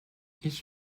each